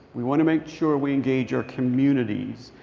we want to make sure we engage our communities.